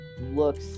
looks